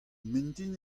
mintin